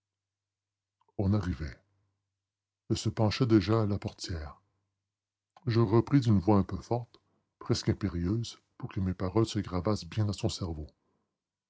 on arrivait elle se penchait déjà à la portière je repris d'une voix un peu forte presque impérieuse pour que mes paroles se gravassent bien dans son cerveau